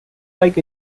like